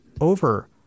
over